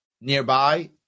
nearby